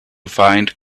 find